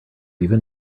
even